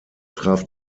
traf